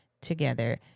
together